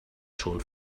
schon